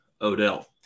Odell